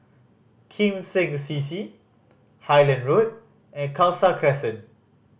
Kim Seng C C Highland Road and Khalsa Crescent